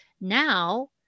Now